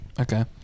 Okay